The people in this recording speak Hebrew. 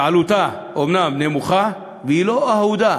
שעלותה אומנם נמוכה, והיא לא אהודה,